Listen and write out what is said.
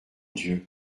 dieu